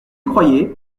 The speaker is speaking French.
croyez